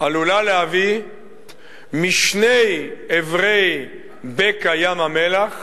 עלולה להביא משני עברי בקע ים-המלח